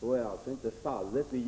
Så är alltså inte fallet.